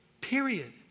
Period